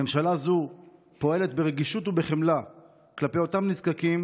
הממשלה הזו פועלת ברגישות ובחמלה כלפי אותם נזקקים,